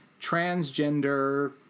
transgender